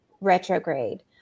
retrograde